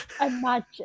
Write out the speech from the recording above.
Imagine